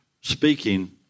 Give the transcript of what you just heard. speaking